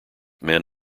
men